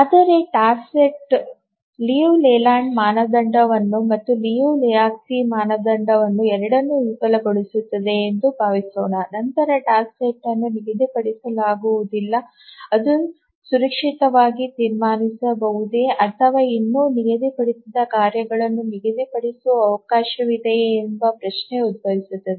ಆದರೆ task set Liu Leyland ಮಾನದಂಡ ಮತ್ತು ಲಿಯು ಮತ್ತು ಲೆಹೋಜ್ಕಿ ಮಾನದಂಡ ಎರಡನ್ನೂ ವಿಫಲಗೊಳಿಸುತ್ತದೆ ಎಂದು ಭಾವಿಸೋಣ ನಂತರ ಟಾಸ್ಕ್ ಸೆಟ್ ಅನ್ನು ನಿಗದಿಪಡಿಸಲಾಗುವುದಿಲ್ಲ ಎಂದು ಸುರಕ್ಷಿತವಾಗಿ ತೀರ್ಮಾನಿಸಬಹುದೇ ಅಥವಾ ಇನ್ನೂ ನಿಗದಿಪಡಿಸಿದ ಕಾರ್ಯಗಳನ್ನು ನಿಗದಿಪಡಿಸುವ ಅವಕಾಶವಿದೆಯೇ ಎಂಬ ಪ್ರಶ್ನೆ ಉದ್ಭವಿಸುತ್ತದೆ